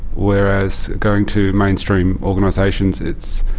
whereas going to mainstream organisations, it's,